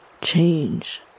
change